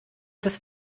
des